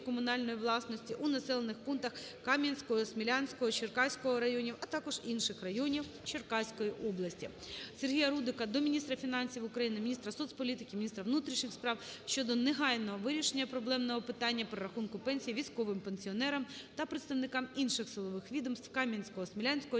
комунальної власності у населених пунктахКам'янського, Смілянського, Черкаського районів, а також інших районів Черкаської області. Сергія Рудика до міністра фінансів України, міністрасоцполітики України, міністра внутрішніх справ щодо негайного вирішення проблемного питання перерахунку пенсій військовим пенсіонерам та представникам інших силових відомств Кам'янського, Смілянського,